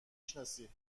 شناسی